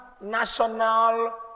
national